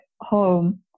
home